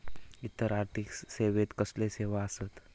इतर आर्थिक सेवेत कसले सेवा आसत?